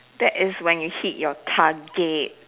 that is when you hit your target